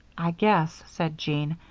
i guess, said jean,